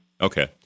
Okay